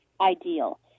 ideal